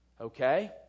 Okay